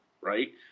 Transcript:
right